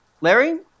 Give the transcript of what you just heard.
Larry